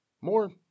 More